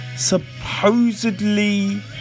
Supposedly